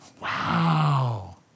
Wow